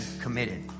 committed